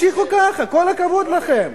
תמשיכו ככה, כל הכבוד לכם.